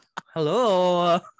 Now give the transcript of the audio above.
Hello